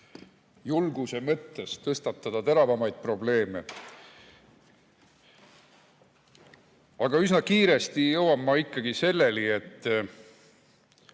julguse mõttes tõstatada teravamaid probleeme. Aga üsna kiiresti jõuan ma ikkagi selleni, et